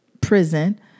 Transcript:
prison